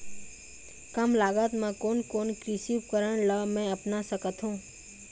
कम लागत मा कोन कोन कृषि उपकरण ला मैं अपना सकथो?